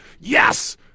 Yes